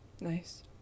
Nice